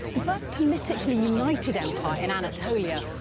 the first politically-united empire in anatolia,